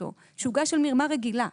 שהוגש על מרמה רגילה.